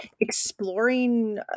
exploring